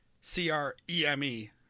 C-R-E-M-E